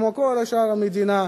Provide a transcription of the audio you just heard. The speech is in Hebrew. כמו כל שאר המדינה,